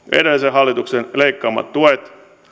hallituksen leikkaamat tuet